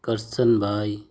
Karsanbhai